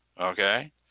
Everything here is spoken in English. Okay